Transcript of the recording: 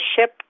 ship